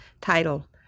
title